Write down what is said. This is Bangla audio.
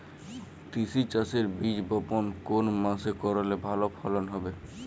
তিসি চাষের বীজ বপন কোন মাসে করলে ভালো ফলন হবে?